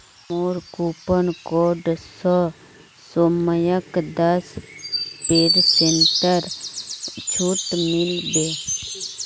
मोर coupon code स सौम्यक दस पेरसेंटेर छूट मिल बे